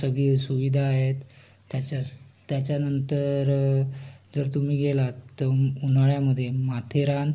सगळे सुविधा आहेत त्याच्या त्याच्यानंतर जर तुम्ही गेलात तर उन्हाळ्यामध्ये माथेरान